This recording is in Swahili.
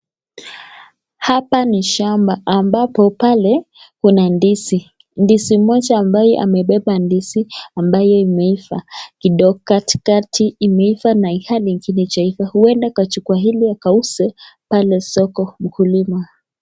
Hapa ni shamba ambapo pale kuna ndizi. Ndizi moja ambaye amebeba ndizi ambayo imeiva kidogo katikati imeiva na ilhali ingine haijaiva huenda kachukua hili akauze pale soko mkulima.